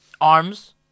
Arms